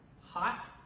hot